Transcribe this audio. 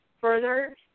further